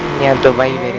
and labor